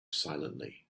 silently